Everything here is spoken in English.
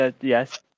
Yes